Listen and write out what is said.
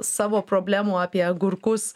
savo problemų apie agurkus